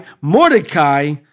Mordecai